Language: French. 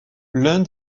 l’un